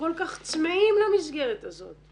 שכל כך צמאים למסגרת הזאת.